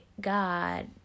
God